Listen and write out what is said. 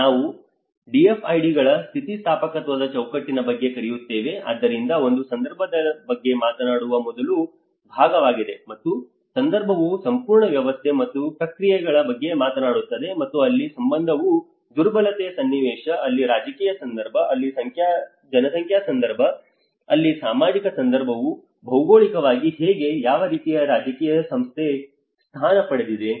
ಇಲ್ಲಿ ನಾವು DFIDಗಳ ಸ್ಥಿತಿಸ್ಥಾಪಕತ್ವದ ಚೌಕಟ್ಟಿನ ಬಗ್ಗೆ ಕರೆಯುತ್ತೇವೆ ಆದ್ದರಿಂದ ಒಂದು ಸಂದರ್ಭದ ಬಗ್ಗೆ ಮಾತನಾಡುವ ಮೊದಲ ಭಾಗವಾಗಿದೆ ಮತ್ತು ಸಂದರ್ಭವು ಸಂಪೂರ್ಣ ವ್ಯವಸ್ಥೆ ಮತ್ತು ಪ್ರಕ್ರಿಯೆಗಳ ಬಗ್ಗೆ ಮಾತನಾಡುತ್ತದೆ ಮತ್ತು ಅಲ್ಲಿ ಸಂದರ್ಭವು ದುರ್ಬಲತೆ ಸನ್ನಿವೇಶ ಅಲ್ಲಿ ರಾಜಕೀಯ ಸಂದರ್ಭ ಅಲ್ಲಿ ಜನಸಂಖ್ಯಾ ಸಂದರ್ಭ ಅಲ್ಲಿ ಸಾಮಾಜಿಕ ಸಂದರ್ಭವು ಭೌಗೋಳಿಕವಾಗಿ ಹೇಗೆ ಯಾವ ರೀತಿಯ ರಾಜಕೀಯ ಸಂಸ್ಥೆ ಸ್ಥಾನ ಪಡೆದಿದೆ